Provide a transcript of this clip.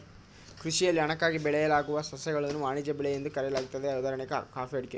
ಕೃಷಿಯಲ್ಲಿ ಹಣಕ್ಕಾಗಿ ಬೆಳೆಯಲಾಗುವ ಸಸ್ಯಗಳನ್ನು ವಾಣಿಜ್ಯ ಬೆಳೆ ಎಂದು ಕರೆಯಲಾಗ್ತದೆ ಉದಾಹಣೆ ಕಾಫಿ ಅಡಿಕೆ